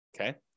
okay